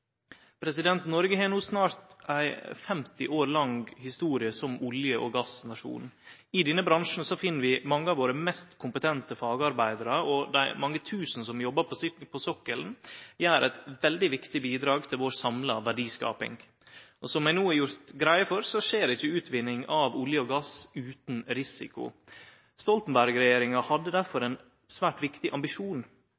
Noreg har no snart ei 50 år lang historie som olje- og gassnasjon. I denne bransjen finn vi mange av våre mest kompetente fagarbeidarar, og dei mange tusen som jobbar på sokkelen, gjer eit veldig viktig bidrag til vår samla verdiskaping. Som eg no har gjort greie for, skjer ikkje utvinning av olje og gass utan risiko. Stoltenberg-regjeringa hadde